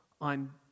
on